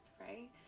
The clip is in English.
right